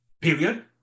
period